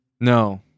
No